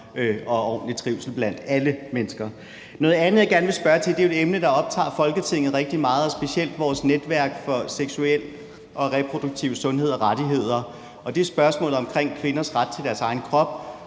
og ordentlig trivsel blandt alle mennesker. Noget andet, jeg gerne vil spørge til, er et emne, der optager Folketinget rigtig meget, specielt vores netværk for seksuel og reproduktiv sundhed og rettigheder, og det er spørgsmålet omkring kvinders ret til deres egen krop